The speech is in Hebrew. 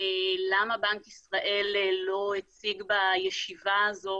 למה בנק ישראל לא הציג בישיבה הזו